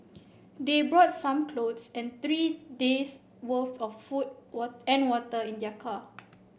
they brought some clothes and three days worth of food and water in their car